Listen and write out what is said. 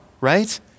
right